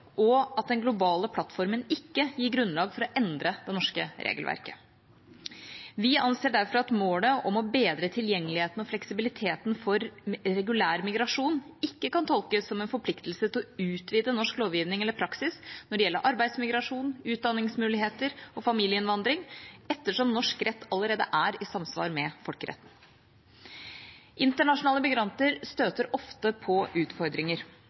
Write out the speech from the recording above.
og at den globale plattformen ikke gir grunnlag for å endre det norske regelverket. Vi anser derfor at målet om å bedre tilgjengeligheten og fleksibiliteten for regulær migrasjon ikke kan tolkes som en forpliktelse til å utvide norsk lovgivning eller praksis når det gjelder arbeidsmigrasjon, utdanningsmuligheter og familieinnvandring, ettersom norsk rett allerede er i samsvar med folkeretten. Internasjonale migranter støter ofte på utfordringer.